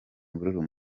imvururu